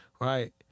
right